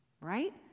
right